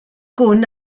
gwn